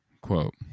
Quote